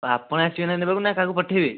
ଆପଣ ଆସିବେ ନା ନେବାକୁ ନା କାହାକୁ ପଠେଇବେ